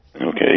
Okay